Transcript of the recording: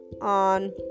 on